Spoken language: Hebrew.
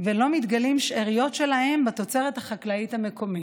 ושלא מתגלות שאריות שלהם בתוצרת החקלאית המקומית.